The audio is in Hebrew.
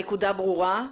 הנקודה ברורה,